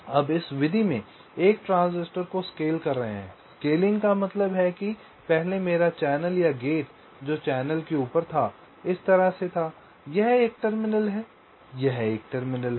अब इस विधि में हम एक ट्रांजिस्टर को स्केल कर रहे हैं स्केलिंग का मतलब है कि पहले मेरा चैनल या गेट जो चैनल के ऊपर था इस तरह से था यह 1 टर्मिनल है यह 1 टर्मिनल है